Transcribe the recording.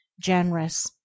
generous